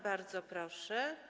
Bardzo proszę.